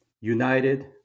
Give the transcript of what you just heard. united